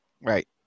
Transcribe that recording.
Right